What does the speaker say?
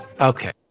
Okay